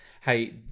hey